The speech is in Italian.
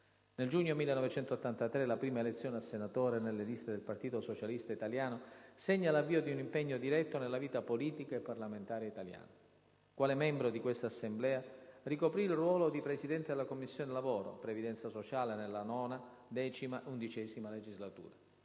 Nel giugno 1983 la prima elezione a senatore nelle liste del Partito Socialista Italiano segna l'avvio di un impegno diretto nella vita politica e parlamentare italiana. Quale membro di questa Assemblea, ricoprì il ruolo di Presidente della Commissione lavoro, previdenza sociale nella IX, nella X e nell'XI legislatura.